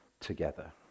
together